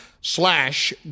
slash